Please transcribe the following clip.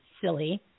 silly